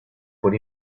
por